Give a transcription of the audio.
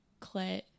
clit